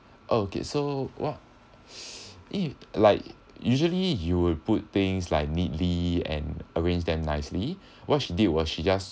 okay so what it like usually you will put things like neatly and arrange them nicely what she did was she just